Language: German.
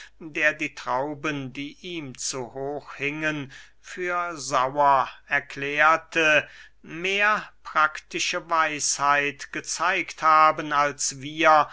der die trauben die ihm zu hoch hingen für sauer erklärte mehr praktische weisheit gezeigt haben als wir